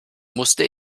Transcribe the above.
musste